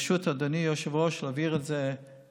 ברשות אדוני היושב-ראש, להעביר את זה לוועדה.